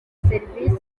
serivisi